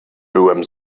byłem